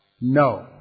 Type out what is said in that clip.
No